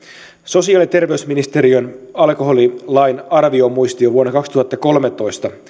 sosiaali ja terveysministeriön alkoholilain arviomuistio vuodelta kaksituhattakolmetoista